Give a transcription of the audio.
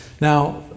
Now